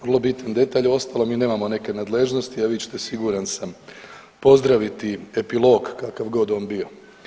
Vrlo bitan detalj, a uostalom mi nemamo neke nadležnosti, a vi ćete siguran sam pozdraviti epilog kakavgod on bio.